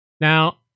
Now